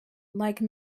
like